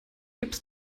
gips